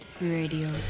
Radio